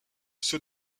ceux